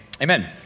Amen